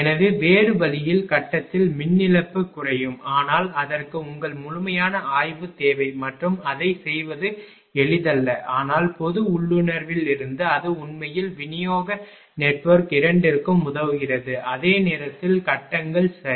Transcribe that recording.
எனவே வேறு வழியில் கட்டத்தில் மின் இழப்பு குறையும் ஆனால் அதற்கு உங்கள் முழுமையான ஆய்வு தேவை மற்றும் அதைச் செய்வது எளிதல்ல ஆனால் பொது உள்ளுணர்விலிருந்து அது உண்மையில் விநியோக நெட்வொர்க் இரண்டிற்கும் உதவுகிறது அதே நேரத்தில் கட்டங்கள் சரி